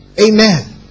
Amen